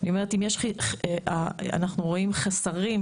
אנחנו רואים חסרים,